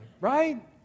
right